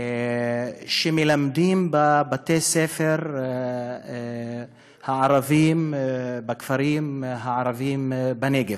שמלמדים בבתי-הספר הערביים בכפרים הערביים בנגב,